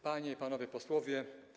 Panie i Panowie Posłowie!